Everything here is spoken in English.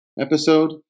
episode